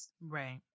Right